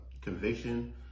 conviction